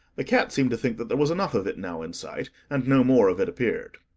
the cat seemed to think that there was enough of it now in sight, and no more of it appeared.